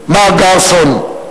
מר גארסון,